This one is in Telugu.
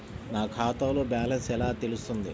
నా ఖాతాలో బ్యాలెన్స్ ఎలా తెలుస్తుంది?